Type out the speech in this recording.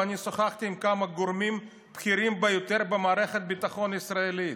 ואני שוחחתי עם כמה גורמים בכירים ביותר במערכת הביטחון הישראלית.